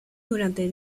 durante